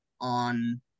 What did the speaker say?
on